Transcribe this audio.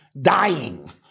dying